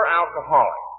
alcoholic